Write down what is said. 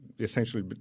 essentially